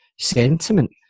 sentiment